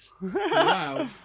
Wow